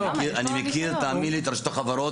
אני מכיר את החברות.